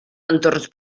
entorns